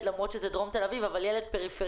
למרות שזה דרום תל אביב אבל ילד פריפריאלי.